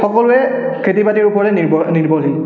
সকলোৱে খেতি বাতিৰ ওপৰতে নিৰ্ভৰশীল